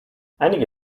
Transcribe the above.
einige